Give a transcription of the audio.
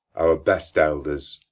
our best elders.